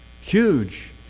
huge